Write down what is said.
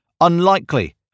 unlikely